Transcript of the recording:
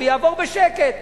ויעבור בשקט.